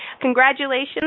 Congratulations